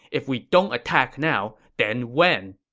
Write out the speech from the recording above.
if we don't attack now, then when?